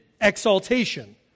Exaltation